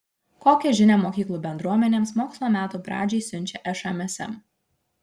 kokią žinią mokyklų bendruomenėms mokslo metų pradžiai siunčia šmsm